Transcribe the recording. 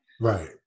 Right